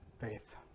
faith